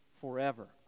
forever